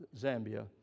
Zambia